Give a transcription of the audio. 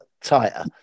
tighter